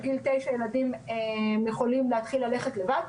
שילדים בגיל 9 יכולים להתחיל ללכת לבד,